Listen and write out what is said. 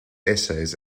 essays